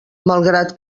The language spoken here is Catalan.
malgrat